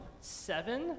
seven